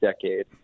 decade